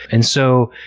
and so,